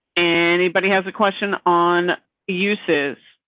and anybody has a question on uses.